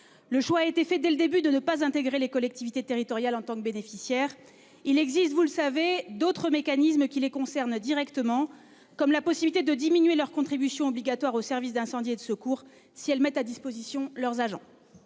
Le choix a été fait dès le début de ne pas intégrer les collectivités territoriales en tant que bénéficiaires. Il existe- vous le savez -d'autres mécanismes qui les concernent directement, comme la possibilité de diminuer leur contribution obligatoire aux Sdis si elles mettent à disposition leurs agents.